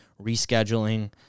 rescheduling